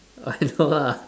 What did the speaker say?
I know lah